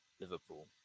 Liverpool